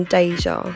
Deja